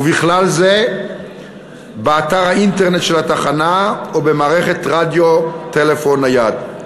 ובכלל זה באתר האינטרנט של התחנה או במערכת רדיו טלפון נייד,